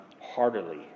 heartily